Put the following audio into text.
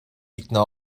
ikna